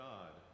God